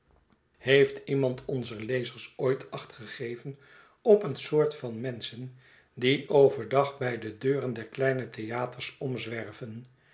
heeft iemand onzer lezers ooit acht gegeven op eene soort van menschen die over dag by de deuren der kleine theaters omzwerven